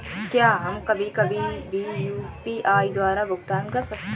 क्या हम कभी कभी भी यू.पी.आई द्वारा भुगतान कर सकते हैं?